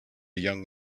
young